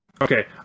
Okay